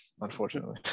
unfortunately